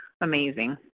amazing